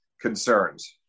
concerns